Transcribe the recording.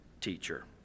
teacher